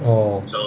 oh